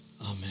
Amen